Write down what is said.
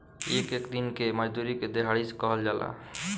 एक एक दिन के मजूरी के देहाड़ी कहल जाला